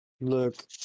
Look